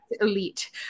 elite